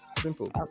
Simple